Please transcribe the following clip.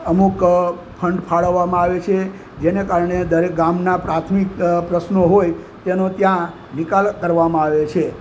અમુક ફંડ ફાળવવામાં આવે છે તેને કારણે દરેક ગામના પ્રાથમિક પ્રશ્નો હોય તેનો ત્યાં નિકાલ કરવામાં આવે છે